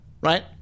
right